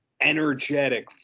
energetic